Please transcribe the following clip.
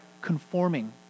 conforming